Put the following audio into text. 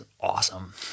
awesome